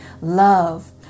love